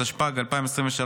התשפ"ג 2023,